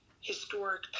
historic